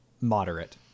moderate